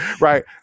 right